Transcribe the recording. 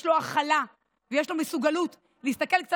יש לו הכלה ויש לו מסוגלות להסתכל קצת